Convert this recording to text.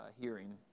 hearing